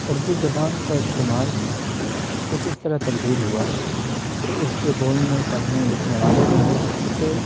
اردو زبان کا استعمال کچھ اس طرح تبدیل ہوا کہ اس کے بولنے پڑھنے لکھنے والوں نے ہی اسے